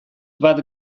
bat